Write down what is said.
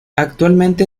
actualmente